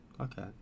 Okay